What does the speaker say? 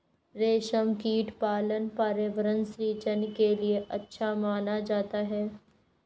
रेशमकीट पालन पर्यावरण सृजन के लिए अच्छा माना जाता है